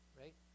right